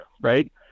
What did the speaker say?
right